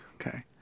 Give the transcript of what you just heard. Okay